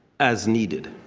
as needed.